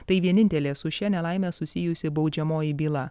tai vienintelė su šia nelaime susijusi baudžiamoji byla